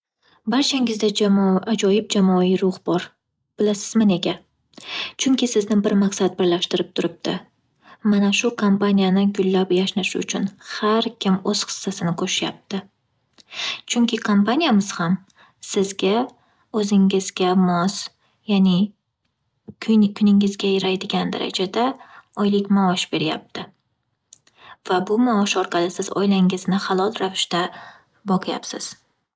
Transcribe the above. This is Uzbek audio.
Barchangizda jamo- ajoyib jamoaviy ruh bor. Bilasizmi nega? Chunki sizni bir maqsad birlashtirib turibdi. Mana shu kompaniyani gullab yashnashi uchun har kim o'z hissasini qo'shyapti. Chunki kompaniyamiz ham sizga, o'zingizga mos ya'ni kuni- kuningizga yaraydigan darajada oylik maosh beryapti va bu maosh orqali siz oilangizni halol ravishda boqyapsiz.